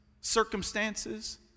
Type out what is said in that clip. Circumstances